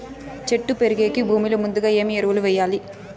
చెట్టు పెరిగేకి భూమిలో ముందుగా ఏమి ఎరువులు వేయాలి?